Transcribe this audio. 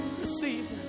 Receive